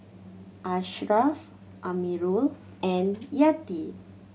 Ashraff Amirul and Yati